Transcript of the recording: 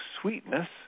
sweetness